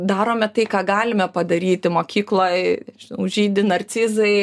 darome tai ką galime padaryti mokykloj žydi narcizai